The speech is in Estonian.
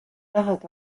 tahad